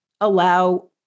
allow